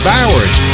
Bowers